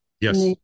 Yes